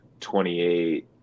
28